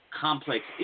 complex